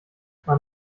man